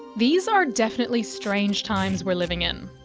these are definitely strange times we're living in.